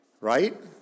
Right